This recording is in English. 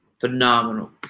Phenomenal